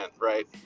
right